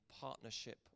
partnership